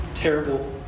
Terrible